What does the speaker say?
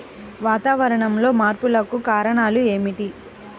వాతావరణంలో మార్పులకు కారణాలు ఏమిటి?